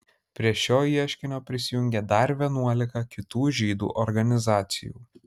prie šio ieškinio prisijungė dar vienuolika kitų žydų organizacijų